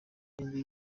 migwi